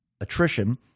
attrition